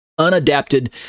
unadapted